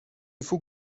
får